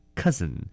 cousin